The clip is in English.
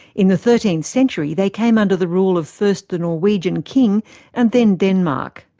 in the thirteenth century they came under the rule of first the norwegian king and then denmark.